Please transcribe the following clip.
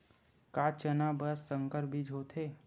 का चना बर संकर बीज होथे?